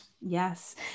yes